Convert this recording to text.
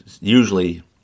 usually